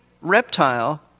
reptile